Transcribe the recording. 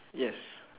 yes